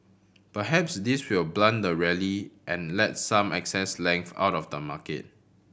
perhaps this will blunt the rally and let some excess length out of the market